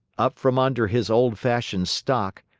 up from under his old-fashioned stock,